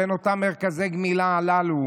בין אותם מרכזי הגמילה הללו,